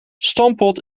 stamppot